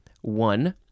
one